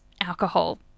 alcohol